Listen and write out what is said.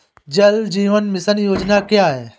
जल जीवन मिशन योजना क्या है?